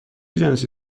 جنسی